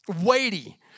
weighty